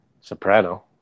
Soprano